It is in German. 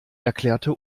erklärte